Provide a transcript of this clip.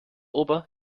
ober